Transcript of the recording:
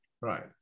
right